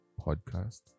podcast